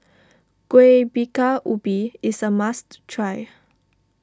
Kueh Bingka Ubi is a must try